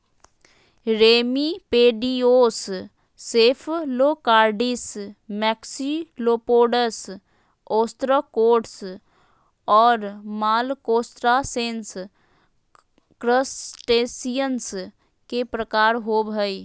remipedes, cephalocarids, maxillopods, ostracods, और malacostracans, crustaceans के प्रकार होव हइ